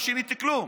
לא שיניתי כלום,